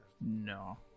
No